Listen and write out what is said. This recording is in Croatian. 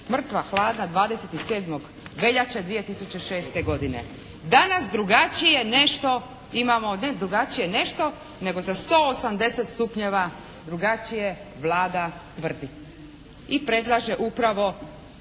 mrtva hladna 27. veljače 2006. godine. Danas drugačije nešto imamo, ne drugačije nešto nego za 180 stupnjeva, drugačije Vlada tvrdi. I predlaže upravo